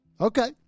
Okay